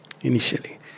initially